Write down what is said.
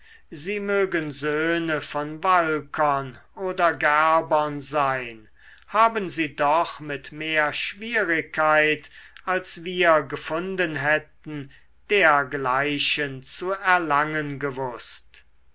sie mögen söhne von walkern oder gerbern sein haben sie doch mit mehr schwierigkeit als wir gefunden hätten dergleichen zu erlangen gewußt